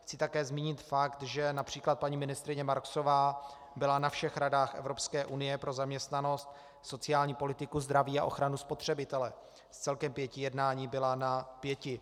Chci také zmínit fakt, že např. paní ministryně Marksová byla na všech radách Evropské unie pro zaměstnanost, sociální politiku, zdraví a ochranu spotřebitele, z celkem pěti jednání byla na pěti.